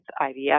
IVF